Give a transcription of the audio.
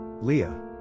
Leah